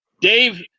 Dave